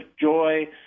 joy